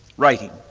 writing.